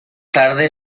tarde